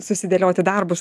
susidėlioti darbus